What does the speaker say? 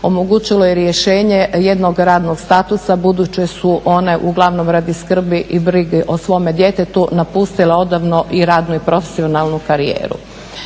omogućilo je rješenje jednog radnog statusa budući da su one uglavnom radi skrbi i brige o svom djetetu napustile odavno i radnu i profesionalnu karijeru.